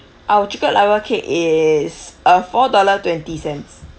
our chocolate lava cake is uh four dollar twenty cents